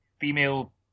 female